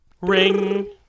Ring